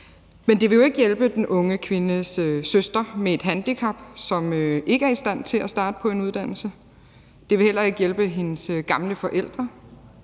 Men det vil jo ikke hjælpe den unge kvindes søster med et handicap, som ikke er i stand til at starte på en uddannelse. Det vil heller ikke hjælpe hendes gamle forældre,